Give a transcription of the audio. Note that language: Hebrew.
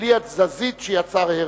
בלי התזזית שיצר הרצל,